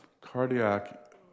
cardiac